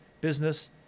business